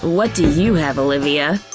what do you have, olivia?